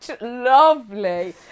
lovely